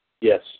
Yes